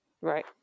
Right